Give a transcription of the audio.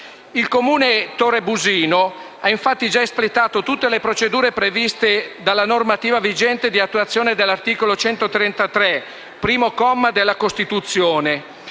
Il Comune torrebusino ha infatti già espletato tutte le procedure previste dalla normativa vigente di attuazione dell'articolo 133, primo comma, della Costituzione,